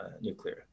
nuclear